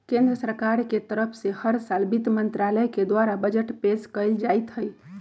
केन्द्र सरकार के तरफ से हर साल वित्त मन्त्रालय के द्वारा बजट पेश कइल जाईत हई